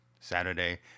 Saturday